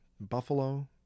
Buffalo